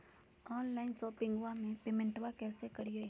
Online शोपिंगबा में पेमेंटबा कैसे करिए?